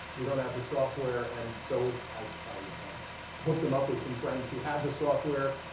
we don't have the software. and so i i hooked them up with some friends who had the software.